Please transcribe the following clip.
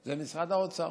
זה משרד האוצר,